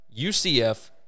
UCF